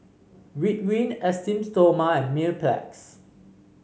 Ridwind Esteem Stoma and Mepilex